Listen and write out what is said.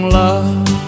love